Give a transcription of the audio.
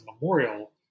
memorial